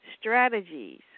strategies